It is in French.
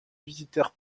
visiteurs